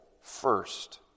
first